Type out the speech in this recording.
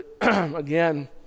Again